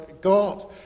God